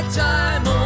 time